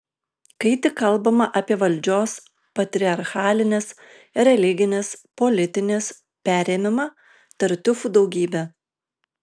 kai tik kalbama apie valdžios patriarchalinės religinės politinės perėmimą tartiufų daugybė